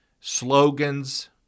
slogans